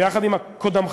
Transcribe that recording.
ויחד עם קודמך,